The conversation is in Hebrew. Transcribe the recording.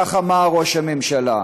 כך אמר ראש הממשלה.